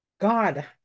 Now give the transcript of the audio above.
God